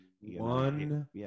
One